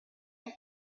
him